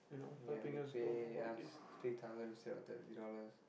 ya they pay us three thousand seven thirty dollars